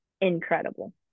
incredible